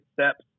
steps